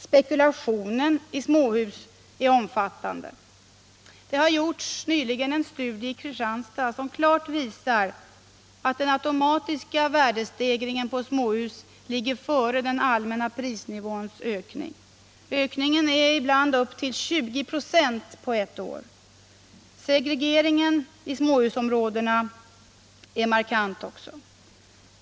Spekulationen i småhus är omfattande. Det har nyligen gjorts en studie i Kristianstad som klart visar att den automatiska värdestegringen på småhus ligger före den allmänna prisnivåns ökning. Ibland är ökningen upp till 20 96 på ett år. Segregeringen i småhusområdena är också markant.